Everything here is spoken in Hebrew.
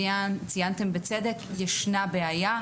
שציינתם, בצדק, ישנה בעיה.